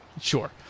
Sure